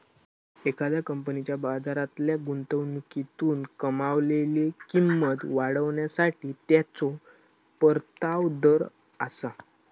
एखाद्या कंपनीच्या बाजारातल्या गुंतवणुकीतून कमावलेली किंमत वाढवण्यासाठी त्याचो परतावा दर आसा